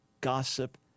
gossip